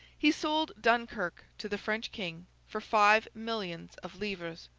he sold dunkirk to the french king for five millions of livres.